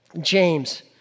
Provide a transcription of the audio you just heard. James